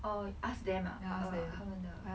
oh you ask them ah err 他们的